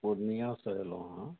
पूर्णियासँ एलहुँ हँ